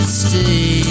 stay